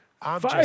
Five